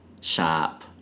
shop